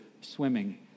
swimming